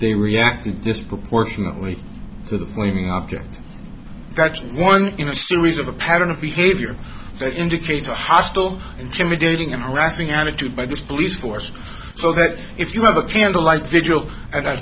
they reacted disproportionately to the flaming object that's one in a series of a pattern of behavior that indicates hostile intimidating and harassing attitude by the police force so that if you have a candlelight vigil at our